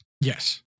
Yes